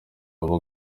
aba